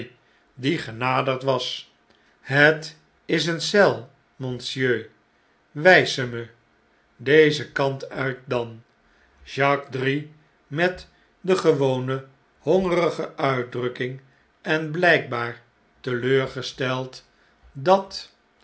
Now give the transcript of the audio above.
die genaderd was het is eene eel monsieur wp ze me dezen kant uit dan jacques drie met de gewone hongerige uitdrukking en blh'kbaar teleurgesteld dat